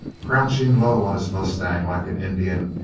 crouching low on his mustang like an indian,